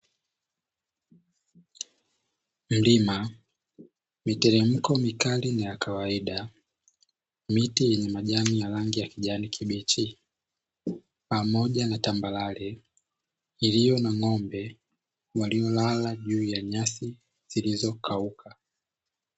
Milima, miteremko mikali na ya kawaida, miti yenye majani ya rangi ya kijani kibichi pamoja na tambarare iliyo na ng'ombe waliolala juu ya nyasi zilizokauka.